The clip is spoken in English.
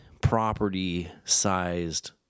property-sized